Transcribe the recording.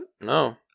No